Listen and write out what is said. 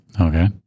Okay